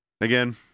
again